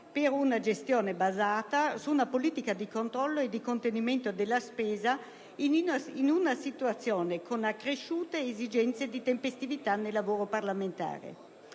per una gestione basata su una politica di controllo e contenimento della spesa, in una situazione con accresciute esigenze di tempestività nel lavoro parlamentare...